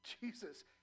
Jesus